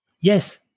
Yes